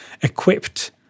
equipped